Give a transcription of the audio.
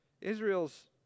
Israel's